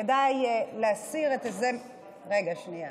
כדאי להסיר את, רגע, שנייה.